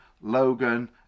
Logan